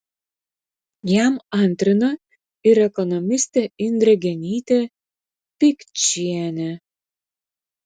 jam antrina ir ekonomistė indrė genytė pikčienė